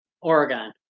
Oregon